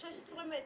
16 מטר,